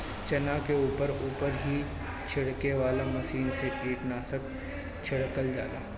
चना के ऊपर ऊपर ही छिड़के वाला मशीन से कीटनाशक छिड़कल जाला